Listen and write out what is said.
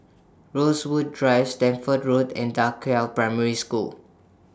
Rosewood Drive Stamford Road and DA Qiao Primary School